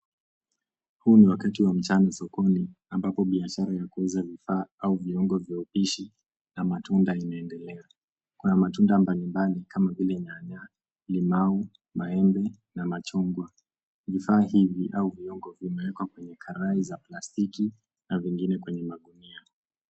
Huu ni wakati wa mchana sokoni, ambapo biashara ya kuuza vifaa au viungo vya upishi na matunda inaendelea. Kuna matunda mbalimbali kama vile nyanya, limau, maembe na machungwa. Vifaa hivi au viungo vimewekwa kwenye karai za plastiki na zingine kwenye magunia.